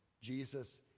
Jesus